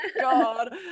God